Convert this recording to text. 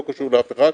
לא קשור לאף אחד,